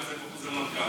זה חוזר מנכ"ל.